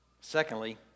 Secondly